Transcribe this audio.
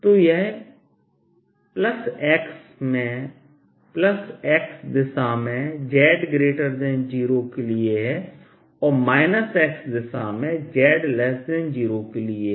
तो यह x दिशा में z0 के लिए है और x दिशा में z0 के लिए है